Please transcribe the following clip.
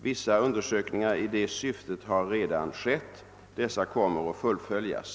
Vissa undersökningar i det syftet har redan skett. Dessa kommer att fullföljas.